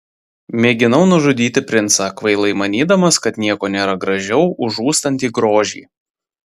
mėginau nužudyti princą kvailai manydamas kad nieko nėra gražiau už žūstantį grožį